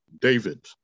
David